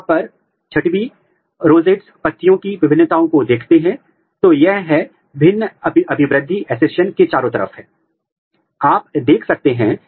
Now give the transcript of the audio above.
प्रारंभ में लोग रेडियो एक्टिव लेबल्ड प्रोब बनाते थे लेकिन अब रेडियो एक्टिविटी से संबंधित परेशानियों के कारण हम अब रेडियो एक्टिव रहित प्रोब का उपयोग कर रहे हैं